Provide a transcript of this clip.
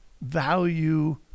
value